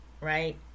right